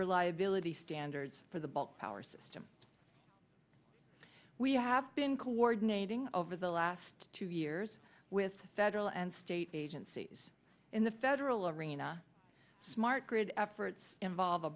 reliability standards for the bulk power system we have been coordinating over the last two years with federal and state agencies in the federal arena smart grid efforts involve a